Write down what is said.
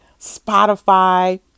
Spotify